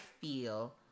feel